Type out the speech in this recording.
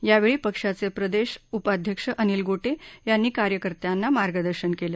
या वेळी पक्षाचे प्रदेश उपाध्यक्ष अनिल गोटे यांनी कार्यकर्त्यांना मार्गदर्शन केले